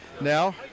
now